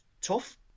tough